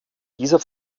dieser